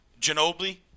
Ginobili